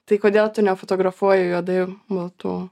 tai kodėl tu nefotografuoji juodai baltų